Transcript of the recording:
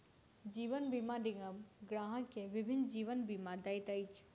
जीवन बीमा निगम ग्राहक के विभिन्न जीवन बीमा दैत अछि